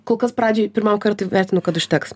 kol kas pradžiai pirmam kartui vertinu kad užteks